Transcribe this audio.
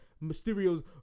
Mysterio's